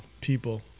people